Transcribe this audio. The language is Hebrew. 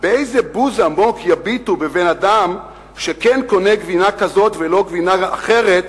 באיזה בוז עמוק יביטו בבן-אדם שכן קונה גבינה כזאת ולא גבינה אחרת,